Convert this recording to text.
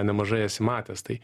nemažai esi matęs tai